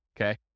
Okay